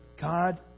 God